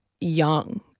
young